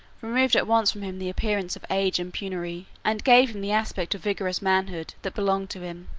removed at once from him the appearance of age and penury, and gave him the aspect of vigorous manhood that belonged to him.